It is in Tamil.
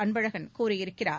அன்பழகன் கூறியிருக்கிறார்